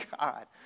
God